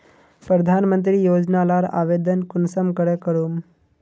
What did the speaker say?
प्रधानमंत्री योजना लार आवेदन कुंसम करे करूम?